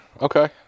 Okay